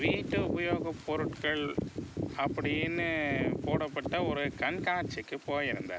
வீட்டு உபயோகப்பொருட்கள் அப்படின்னு போடப்பட்ட ஒரு கண்காட்சிக்கு போயிருந்தார்